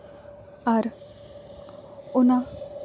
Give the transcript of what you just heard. ᱟᱨ ᱚᱱᱟ